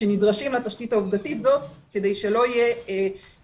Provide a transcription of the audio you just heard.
שנדרשים לתשתית העובדתית זאת כדי שלא יהיה